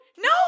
No